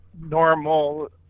normal